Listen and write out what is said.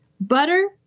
butter